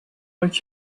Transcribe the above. what